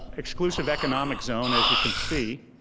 exclusive economic zone, as you can see.